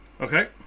Okay